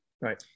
Right